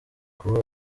kuba